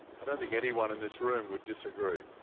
i don't think anyone in this room would disagree.